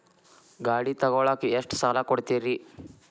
ಗಾಡಿ ತಗೋಳಾಕ್ ಎಷ್ಟ ಸಾಲ ಕೊಡ್ತೇರಿ?